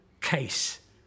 case